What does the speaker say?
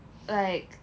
like